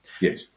yes